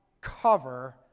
cover